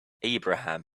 abraham